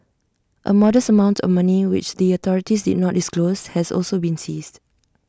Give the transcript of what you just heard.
A modest amount of money which the authorities did not disclose has also been seized